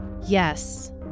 Yes